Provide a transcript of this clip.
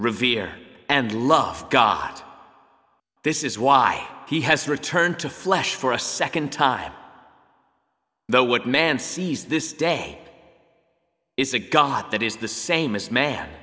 revere and love god this is why he has returned to flesh for a nd time though what man sees this day is a got that is the same as man